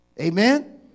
Amen